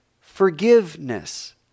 forgiveness